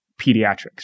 pediatrics